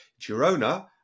Girona